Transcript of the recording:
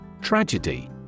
Tragedy